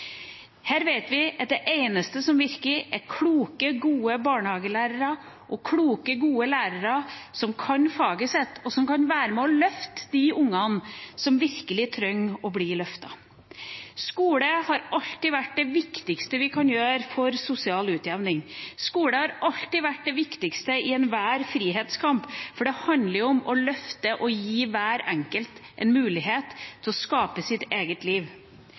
Her vet vi at det eneste som virker, er kloke, gode barnehagelærere og kloke, gode lærere som kan faget sitt, og som kan være med å løfte de ungene som virkelig trenger å bli løftet. Skole har alltid vært det viktigste for sosial utjevning, skole har alltid vært det viktigste i enhver frihetskamp, for det handler om å løfte og gi hver enkelt en mulighet til å skape sitt eget liv.